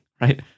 right